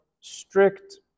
strict